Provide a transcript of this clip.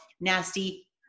nasty